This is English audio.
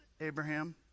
Abraham